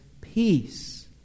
peace